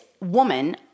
woman